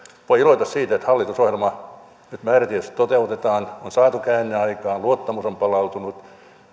voi iloita siitä että hallitusohjelmaa nyt määrätietoisesti toteutetaan on saatu käänne aikaan luottamus on palautunut